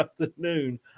afternoon